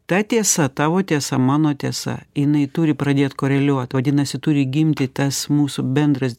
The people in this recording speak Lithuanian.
ta tiesa tavo tiesa mano tiesa jinai turi pradėt koreliuot vadinasi turi gimti tas mūsų bendras